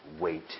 wait